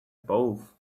both